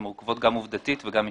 הן מורכבות גם עובדתית וגם משפטית.